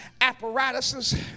apparatuses